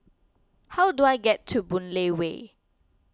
how do I get to Boon Lay Way